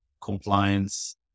compliance